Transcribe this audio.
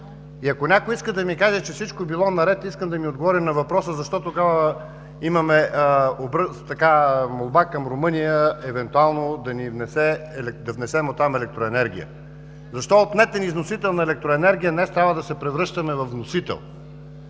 И ако някой иска да ми каже, че всичко било наред, искам да ми отговори на въпроса защо тогава имаме молба към Румъния евентуално да внесем оттам електроенергия? Защо от нетен износител на електроенергия днес трябва да се превръщаме във вносител?